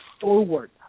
forward